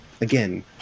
again